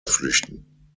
flüchten